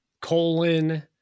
colon